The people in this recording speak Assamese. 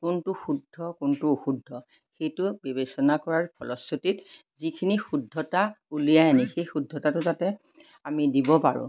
কোনটো শুদ্ধ কোনটো অশুদ্ধ সেইটো বিবেচনা কৰাৰ ফলশ্ৰুতিত যিখিনি শুদ্ধতা উলিয়াই আনি সেই শুদ্ধতাটো যাতে আমি দিব পাৰোঁ